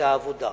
זה העבודה.